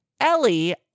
Ellie